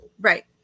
Right